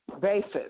basis